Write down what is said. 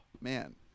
man